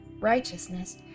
righteousness